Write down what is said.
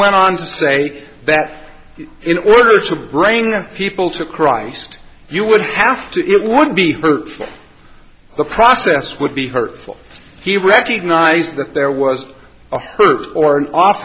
went on to say that in order to bring people to christ you would have to it won't be hurtful the process would be hurtful he recognized that there was a hurt or